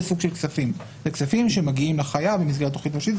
סוג של כספים לכספים שמגיעים לחייב במסגרת תכנית ממשלתית וכולי.